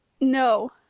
no